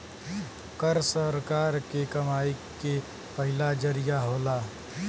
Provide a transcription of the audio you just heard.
कर सरकार के कमाई के पहिला जरिया होला